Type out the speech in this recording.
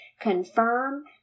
confirm